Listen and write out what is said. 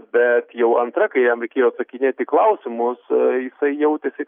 bet jau antra kai jam reikėjo atsakinėt į klausimus jisai jautėsi